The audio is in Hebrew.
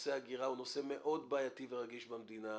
נושא ההגירה הוא נושא מאוד בעייתי ורגיש במדינה,